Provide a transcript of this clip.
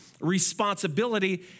responsibility